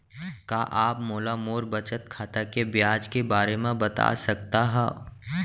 का आप मोला मोर बचत खाता के ब्याज के बारे म बता सकता हव?